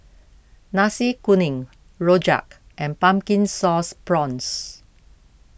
Nasi Kuning Rojak and Pumpkin Sauce Prawns